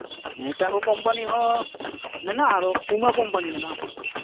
ᱮᱴᱟᱜᱟᱜ ᱠᱳᱢᱯᱟᱱᱤ ᱦᱚᱸ ᱢᱮᱱᱟᱜᱼᱟ ᱯᱩᱢᱟ ᱠᱳᱢᱯᱟᱱᱤ ᱢᱮᱱᱟᱜᱼᱟ